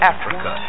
Africa